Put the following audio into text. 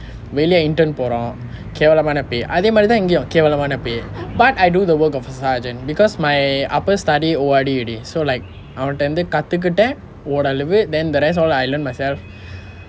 வெளியே:veliye intern போறோம் கேவலமான:appuram kaevalaamaana pay அதே மாதிரி தான் இங்கேயும் கேவலமான:athe maathiri thaan ingayum kaevalamaana pay but I do the work of a sergeant because my upper study O_R_D already so like our அவன்கிட்ட இருந்து கற்றுகிட்டேன் ஒரு அளவு:avankitta irunthu katrukiten oru alavu then the rest all I learn myself